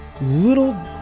little